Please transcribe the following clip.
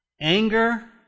anger